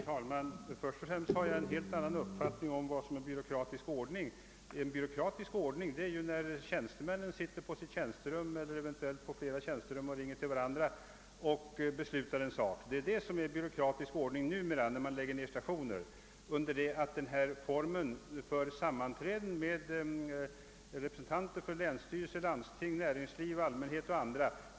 Herr talman! Först och främst har jag en helt annan uppfattning än herr Gustafsson i Kårby om vad som är byråkratisk ordning; det är ju när tjänstemän sitter på sina tjänsterum och sammanträder eller ringer till varandra för att besluta i olika frågor. Det är alltså nu en byråkratisk ordning när man lägger ned stationer. Den form jag föreslår är en icke byråkratisk form med sammanträden mellan representanter för länsstyrelse, landsting, näringsliv, allmänhet o. s. v.